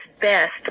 best